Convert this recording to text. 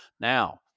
Now